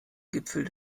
gipfel